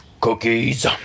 cookies